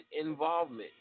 involvement